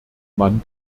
mann